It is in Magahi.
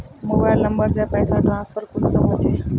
मोबाईल नंबर से पैसा ट्रांसफर कुंसम होचे?